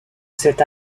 cet